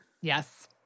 Yes